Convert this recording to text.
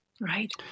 Right